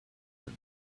that